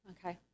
Okay